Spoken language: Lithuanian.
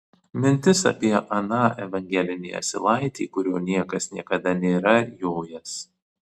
mintis apie aną evangelinį asilaitį kuriuo niekas niekada nėra jojęs